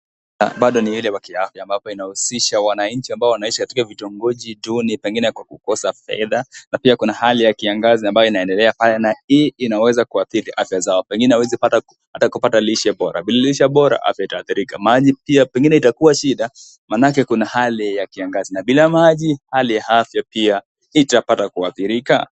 Bado ni bweheri wa kifya, ambapo inahusisha wanainchi ambao wanaishi katika vitongoji juuni, pengine ni kwa kukosa fedha, na pia kuna hali ya kiangazi ambayo inaendelea .Bayana hii inaweza kuathiri afya zao. Pengine hawezi pata hata kupata lishe bora, bila lishe bora afya itahathirika. Maji pia pengine itakuwa shida. Manake kuna hali ya kiangazi na bila maji hali ya afya pia itapata kuathirika!